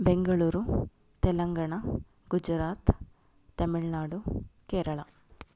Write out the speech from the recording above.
Bengaluru Telangana Gujarat Tamil Nadu Kerala